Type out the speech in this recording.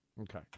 Okay